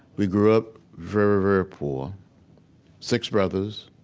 we grew up very, very poor six brothers,